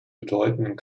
bedeutenden